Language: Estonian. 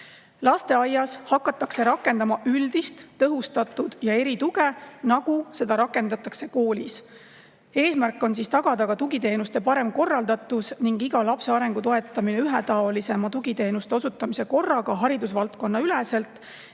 Lasteaias hakatakse rakendama üldist, tõhustatud ja erituge, nagu seda rakendatakse koolis. Eesmärk on tagada tugiteenuste parem korraldatus ning iga lapse arengu toetamine ühetaolisema tugiteenuste osutamise korraga haridusvaldkonnaüleselt.